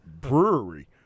brewery